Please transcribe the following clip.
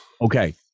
Okay